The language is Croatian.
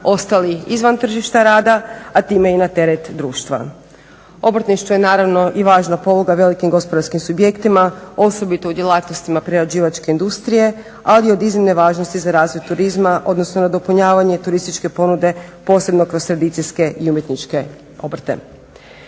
ostali izvan tržišta rada a time i na teret društva. Obrtništvo je naravno i važna …/Govornik se ne razumije./… velikim gospodarskim subjektima osobito u djelatnostima prerađivačke industrije ali i od iznimne važnosti za razvoj turizma, odnosno nadopunjavanje turističke ponude posebno kroz tradicijske i umjetničke obrte.